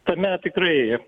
tame tikrai